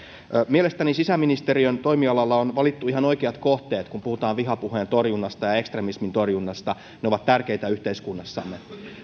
mielestäni sisäministeriön toimialalla on valittu ihan oikeat kohteet kun puhutaan vihapuheen torjunnasta ja ekstremismin torjunnasta ne ovat tärkeitä yhteiskunnassamme